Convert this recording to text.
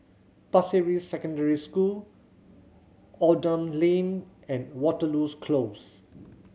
Pasir Ris Secondary School Oldham Lane and Waterloo's Close